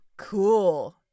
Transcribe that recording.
Cool